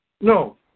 No